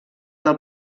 del